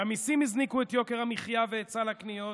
המיסים הזניקו את יוקר המחיה ואת סל הקניות,